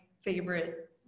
favorite